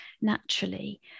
naturally